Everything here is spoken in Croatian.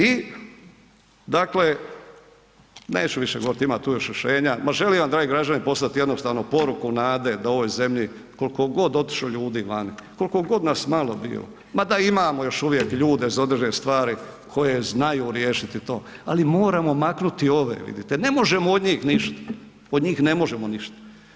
I dakle, neću govoriti, ima tu još rješenja, ma želim vam dragi građani, poslati jednu poruku nade da ovoj zemlji koliko god otišlo ljudi van, koliko god nas malo bilo, ma da imamo još uvijek ljude za određene stvari koji znaju riješiti to ali moramo maknuti ove, vidite, ne možemo od njih ništa, od njih ne možemo ništa.